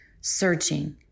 searching